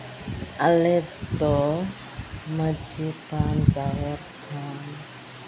ᱟᱞᱮ ᱫᱚ ᱢᱟᱺᱡᱷᱤ ᱛᱷᱟᱱ ᱡᱟᱦᱮᱨ ᱛᱷᱟᱱ